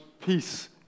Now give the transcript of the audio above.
peace